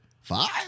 Five